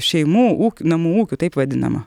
šeimų ūkių namų ūkių taip vadinama